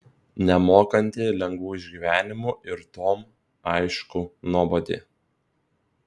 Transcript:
nemokanti lengvų išgyvenimų ir tuom aišku nuobodi